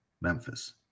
Memphis